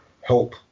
help